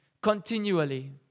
continually